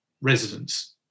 residents